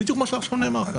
בדיוק כמו שנאמר כאן עכשיו.